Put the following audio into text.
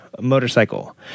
motorcycle